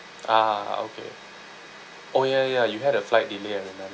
ah okay oh ya ya you had a flight delay I remember